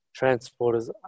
transporters